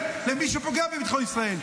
למי שפוגע במדינת ישראל.